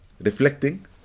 Reflecting